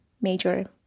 major